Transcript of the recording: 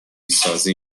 سازی